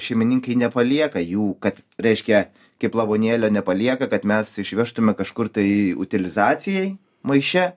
šeimininkai nepalieka jų kad reiškia kaip lavonėlio nepalieka kad mes išvežtume kažkur tai utilizacijai maiše